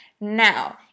now